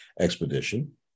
expedition